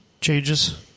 changes